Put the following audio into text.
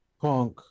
Punk